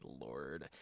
Lord